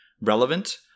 relevant